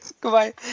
Goodbye